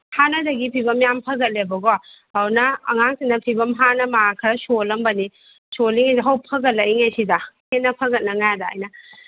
ꯍꯥꯟꯅꯗꯒꯤ ꯐꯤꯕꯝ ꯌꯥꯝ ꯐꯒꯠꯂꯦꯕꯀꯣ ꯑꯗꯨꯅ ꯑꯉꯥꯡꯁꯤꯅ ꯐꯤꯕꯝ ꯍꯥꯟꯅ ꯃꯥꯔꯛ ꯈꯔ ꯁꯣꯜꯂꯝꯕꯅꯤ ꯁꯣꯜꯂꯤꯉꯩꯗ ꯍꯧ ꯐꯒꯠꯂꯛꯏꯉꯩꯁꯤꯗ ꯍꯦꯟꯅ ꯐꯒꯠꯅꯉꯥꯏ ꯑꯗ ꯑꯩꯅ